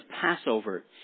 Passover